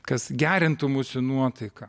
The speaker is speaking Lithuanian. kas gerintų mūsų nuotaiką